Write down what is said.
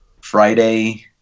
Friday